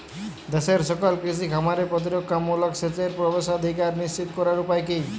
দেশের সকল কৃষি খামারে প্রতিরক্ষামূলক সেচের প্রবেশাধিকার নিশ্চিত করার উপায় কি?